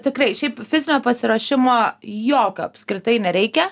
tikrai šiaip fizinio pasiruošimo jokio apskritai nereikia